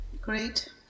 Great